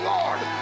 Lord